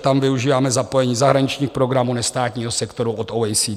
Tam využíváme zapojení zahraničních programů nestátního sektoru od OECD.